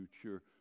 future